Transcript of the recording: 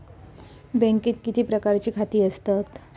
बँकेत किती प्रकारची खाती असतत?